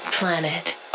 planet